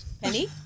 Penny